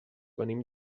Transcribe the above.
venim